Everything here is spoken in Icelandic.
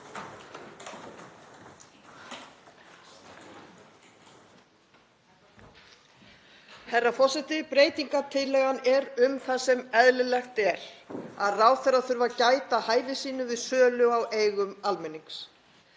Herra forseti. Breytingartillagan er um það sem eðlilegt er, að ráðherra þurfi að gæta að hæfi sínu við sölu á eigum almennings.